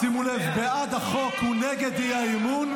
שימו לב: בעד החוק זה נגד האי-אמון,